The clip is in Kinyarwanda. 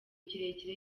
kirekire